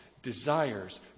desires